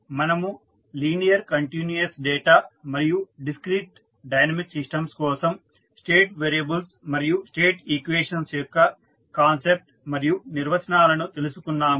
మనము linear continuous data మరియు discrete dynamic systems కోసం స్టేట్ వేరియబుల్స్ మరియు స్టేట్ ఈక్వేషన్స్ యొక్క కాన్సెప్ట్ మరియు నిర్వచనాలను తెలుసుకున్నాము